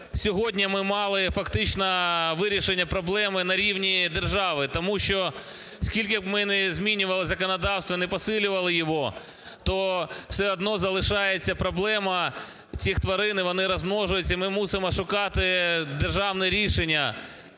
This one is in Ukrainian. сьогодні ми мали фактично вирішення проблеми на рівні держави. Тому що, скільки б ми не змінювали законодавство, не посилювали його, то все одно залишається проблема цих тварин, і вони розмножуються, і ми мусимо шукати державне рішення,